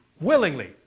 Willingly